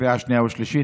בקריאה שנייה ושלישית.